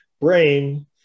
brain